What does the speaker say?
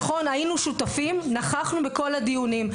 נכון, היינו שותפים, נכחנו בכל הדיונים.